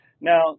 Now